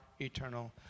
eternal